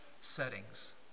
settings